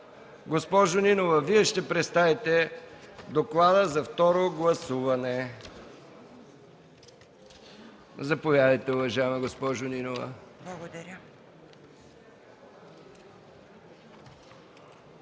Госпожо Нинова, Вие ли ще представите доклада за второ гласуване? Заповядайте, уважаеми госпожо Нинова. ДОКЛАДЧИК